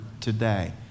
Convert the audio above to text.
today